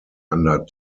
under